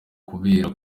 kubera